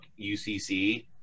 UCC